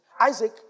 Isaac